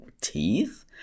Teeth